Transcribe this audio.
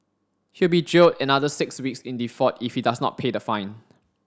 he will be jailed another six weeks in default if he does not pay the fine